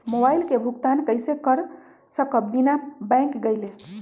Mobile के भुगतान कईसे कर सकब बिना बैंक गईले?